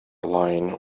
line